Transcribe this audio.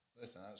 Listen